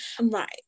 Right